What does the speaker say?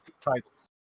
titles